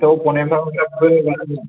दाथ' अफनेन्थ फ्रा